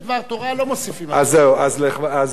אז זהו, אז לכבוד התורה אני מסיים.